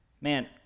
man